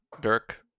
Dirk